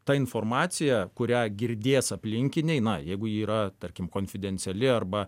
ta informacija kurią girdės aplinkiniai na jeigu ji yra tarkim konfidenciali arba